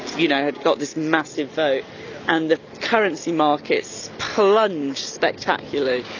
you know, had got this massive vote and the currency markets plunged spectacularly.